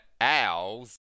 owls